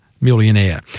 millionaire